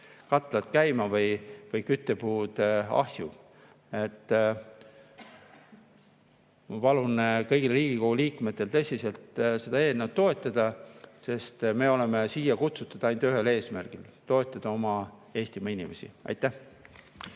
katlad käima või küttepuud ahju. Ma palun tõsiselt kõigil Riigikogu liikmetel seda eelnõu toetada, sest me oleme siia kutsutud ainult ühel eesmärgil: toetada oma Eestimaa inimesi. Aitäh!